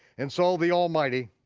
and so the almighty